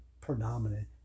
predominant